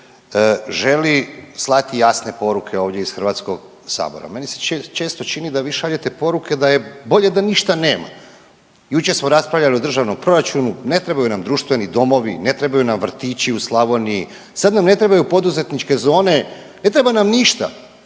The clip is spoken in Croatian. želi slati jasne poruke ovdje iz Hrvatskog sabora. Meni se često čini da vi šaljete poruke da je bolje da ništa nema. Jučer smo raspravljali o državnom proračunu, ne trebaju nam društveni domovi, ne trebaju nam vrtići u Slavoniji, sad nam ne trebaju poduzetničke zone, ne treba nam ništa.